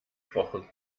gebrochen